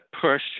push